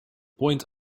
point